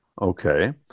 Okay